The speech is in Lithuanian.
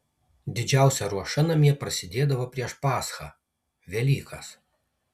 didžiausia ruoša namie prasidėdavo prieš paschą velykas